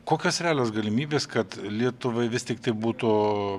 kokios realios galimybės kad lietuvai vis tiktai būtų